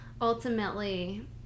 ultimately